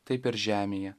taip ir žemėje